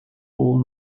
all